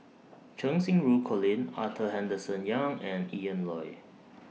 Cheng Xinru Colin Arthur Henderson Young and Ian Loy